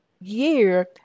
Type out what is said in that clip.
year